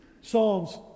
Psalms